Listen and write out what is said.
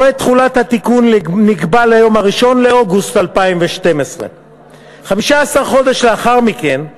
מועד תחולת התיקון נקבע ליום 1 באוגוסט 2012. 15 חודשים לאחר מכן,